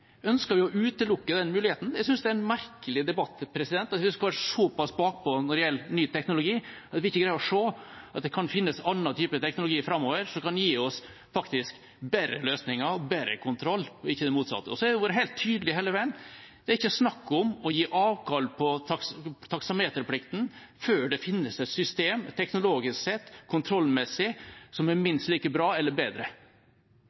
Ønsker vi å utelukke den muligheten? Jeg synes det er en merkelig debatt, at vi skal være såpass bakpå når det gjelder ny teknologi, at vi ikke greier å se at det kan finnes en annen type teknologi framover som faktisk kan gi oss bedre løsninger og bedre kontroll, ikke det motsatte. Vi har vært helt tydelige hele veien: Det er ikke snakk om å gi avkall på taksameterplikten før det finnes et system som teknologisk og kontrollmessig sett er